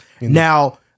now